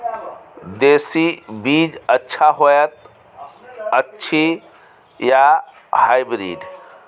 देसी बीज अच्छा होयत अछि या हाइब्रिड?